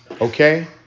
okay